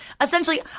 essentially